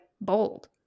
bold